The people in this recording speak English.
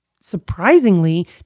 surprisingly